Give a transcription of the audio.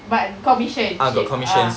but commission she ah